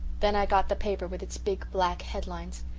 then i got the paper with its big black headlines.